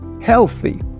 healthy